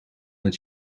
het